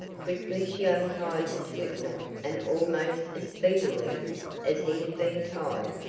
quickly she untied the slip knot and almost as speedily as he had been tied,